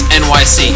nyc